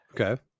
Okay